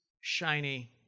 shiny